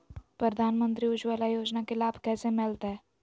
प्रधानमंत्री उज्वला योजना के लाभ कैसे मैलतैय?